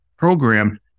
program